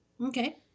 Okay